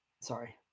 Sorry